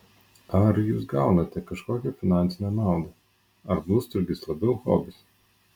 ar jūs gaunate kažkokią finansinę naudą ar blusturgis labiau hobis